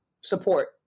support